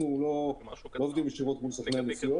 אנחנו לא עובדים ישירות מול סוכני הנסיעות.